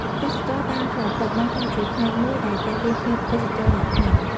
ទេសចរណ៍តាមផ្លូវទឹក បានក្លាយជាផ្នែកមួយដែលទាក់ទាញភ្ញៀវទេសចរណ៍យ៉ាងខ្លាំង។